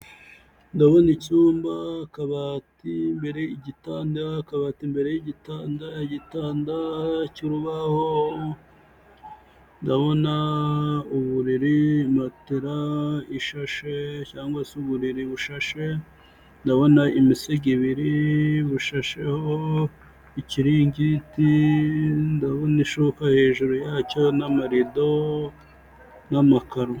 Ndabona icyumba, akabati mbere yigitanda, akabati imbere y'igitanda, igitanda cy'urubaho, ndabona uburiri, matela ishashe cyangwa se uburiri bushashe, ndabona imisego ibiri, bushasheho ikiringiti, ndabona ishuka hejuru yacyo n'amarido n'amakaro.